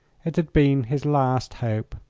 it had been his last hope.